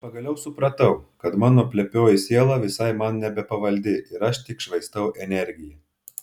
pagaliau supratau kad mano plepioji siela visai man nebepavaldi ir aš tik švaistau energiją